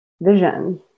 vision